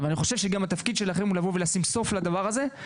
אבל אני חושב שהתפקיד שלכם הוא לשים סוף לדבר הזה.